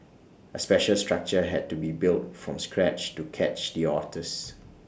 A special structure had to be built from scratch to catch the otters